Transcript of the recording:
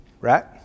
Right